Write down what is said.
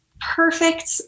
perfect